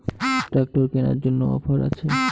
Tractor কেনার জন্য offer আছে?